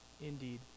indeed